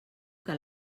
que